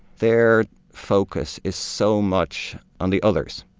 their focus is so much on the others,